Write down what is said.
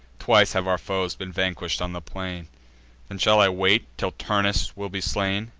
twice have our foes been vanquish'd on the plain then shall i wait till turnus will be slain?